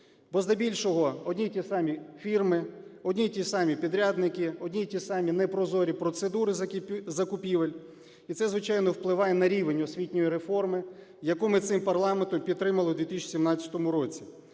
Бо здебільшого одні і ті самі фірми, одні і ті самі підрядники, одні і ті самі непрозорі процедури закупівель, і це, звичайно, впливає на рівень освітньої реформи, яку ми цим парламентом підтримали в 2017 році.